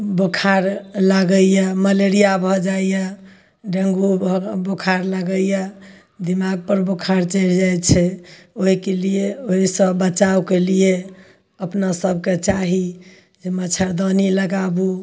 बुखार लागैए मलेरिया भऽ जाइए डेंगू भऽ बुखार लागैए दिमाग पर बुखार चढ़ि जाइ छै ओहिके लिए ओहि से बचावके लिए अपना सबके चाही जे मच्छरदानी लगाबु